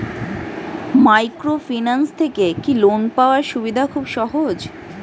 Microfinance থেকে কি loan পাওয়ার সুবিধা খুব সহজ?